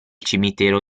cimitero